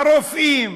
הרופאים,